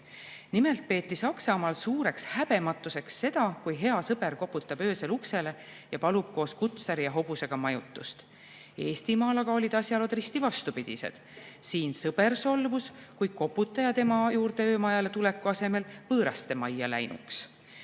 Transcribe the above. Nimelt peeti Saksamaal suureks häbematuseks seda, kui hea sõber koputab öösel uksele ning palub koos kutsari ja hobusega majutust. Eestimaal aga olid asjalood risti vastupidised – siin oleks sõber solvunud, kui koputaja tema juurde öömajale tuleku asemel võõrastemajja läinuks.